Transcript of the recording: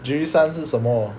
Jirisan 是什么